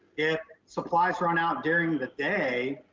if supplies run out during the day,